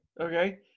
Okay